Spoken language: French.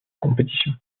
compétition